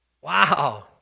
Wow